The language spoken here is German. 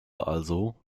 also